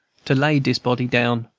to lay dis body down.